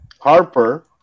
Harper